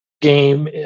game